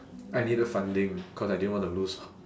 I needed funding cause I didn't want to lose